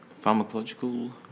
pharmacological